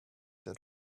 that